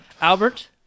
Albert